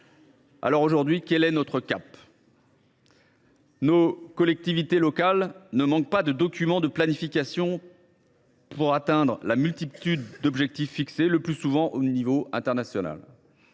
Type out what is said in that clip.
Aujourd’hui, quel est donc notre cap ? Les collectivités territoriales ne manquent pas de documents de planification pour atteindre la multitude d’objectifs fixés, le plus souvent, au niveau international